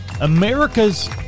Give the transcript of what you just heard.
America's